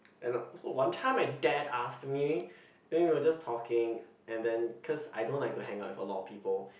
then also one time my dad asked me then we were just talking and then cause I don't like to hang out with a lot of people